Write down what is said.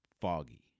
foggy